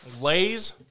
Lay's